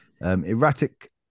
Erratic